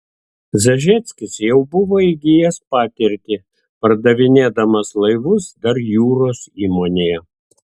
zažeckis jau buvo įgijęs patirtį pardavinėdamas laivus dar jūros įmonėje